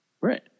Right